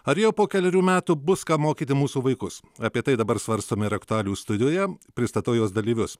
ar jau po kelerių metų bus kam mokyti mūsų vaikus apie tai dabar svarstome ir aktualių studijoje pristatau jos dalyvius